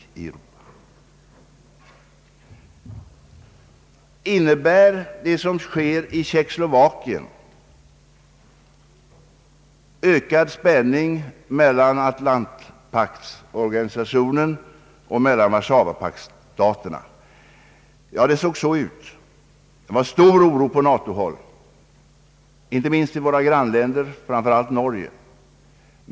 Innebär det som sker i Tjeckoslovakien ökad spänning mellan Atlantpaktorganisationen och Warszawapaktstaterna? Ja, det såg så ut. Det var stor oro på NATO-håll, inte minst i våra grannländer, framför allt Norge.